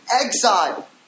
exile